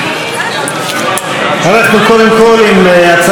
אנחנו קודם כול עם הצעת האי-אמון סליחה,